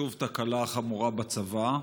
שוב תקלה חמורה בצבא: